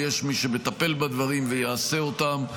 ויש מי שמטפל בדברים ויעשה אותם,